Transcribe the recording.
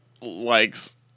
likes